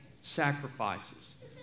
sacrifices